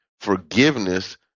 forgiveness